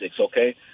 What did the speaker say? okay